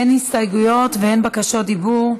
אין הסתייגויות ואין בקשות דיבור,